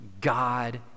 God